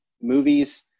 movies